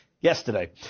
yesterday